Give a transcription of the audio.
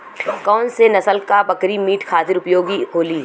कौन से नसल क बकरी मीट खातिर उपयोग होली?